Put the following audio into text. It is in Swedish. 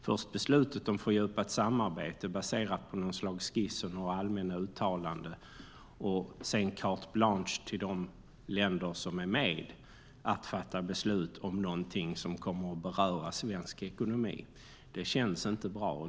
Först är beslutet om fördjupat samarbete baserat på något slags skiss och några allmänna uttalanden, och sedan är det carte blanche till de länder som är med om att fatta beslut om någonting som kommer att beröra svensk ekonomi. Det känns inte bra.